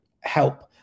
help